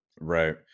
right